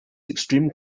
extreme